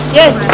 yes